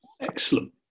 Excellent